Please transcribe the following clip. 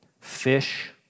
fish